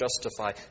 justify